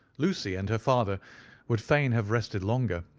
lucy and her father would fain have rested longer,